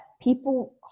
people